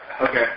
Okay